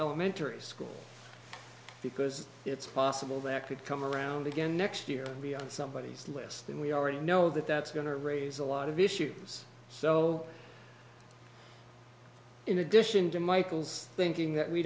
elementary school because it's possible that could come around again next year and somebody is listening we already know that that's going to raise a lot of issues so in addition to michael's thinking that we